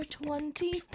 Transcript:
twenty